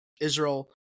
Israel